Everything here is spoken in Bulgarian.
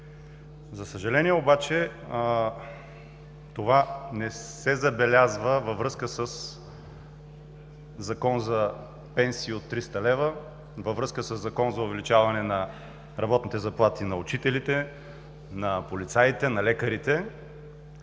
За съжаление обаче това не се забелязва във връзка със закон за пенсии от 300 лв., във връзка със закон за увеличаване на работните заплати на учителите, на полицаите, на лекарите,